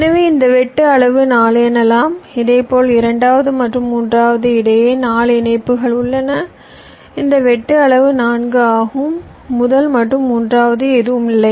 எனவே இந்த வெட்டு அளவு 4 எனலாம் இதேபோல் இரண்டாவது மற்றும் மூன்றாவது இடையே 4 இணைப்புகள் உள்ளன இந்த வெட்டு அளவு 4 ஆகும் முதல் மற்றும் மூன்றாவது எதுவும் இல்லை